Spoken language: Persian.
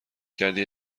کردی